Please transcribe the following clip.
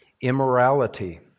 immorality